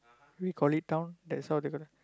what you call it town that's what they call it